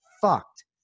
fucked